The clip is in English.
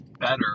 Better